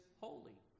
holy